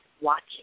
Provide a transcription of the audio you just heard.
watching